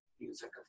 music